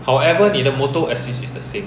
however 你的 motor assist is the same